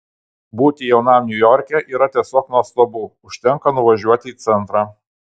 būti jaunam niujorke yra tiesiog nuostabu užtenka nuvažiuoti į centrą